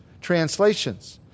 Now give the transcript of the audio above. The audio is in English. translations